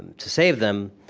and to save them,